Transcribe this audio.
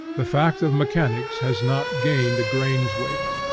the fact of mechanics has not gained a grain's weight.